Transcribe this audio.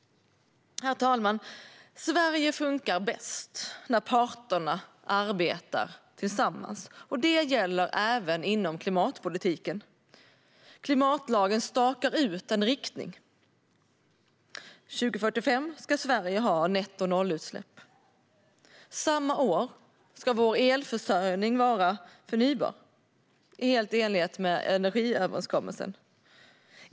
Herr talman! Sverige fungerar bäst när parterna arbetar tillsammans. Det gäller även inom klimatpolitiken. Klimatlagen stakar ut en riktning. Sverige ska ha nettonollutsläpp 2045. Samma år ska vår elförsörjning vara förnybar, helt i enlighet med energiöverenskommelsen.